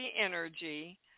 energy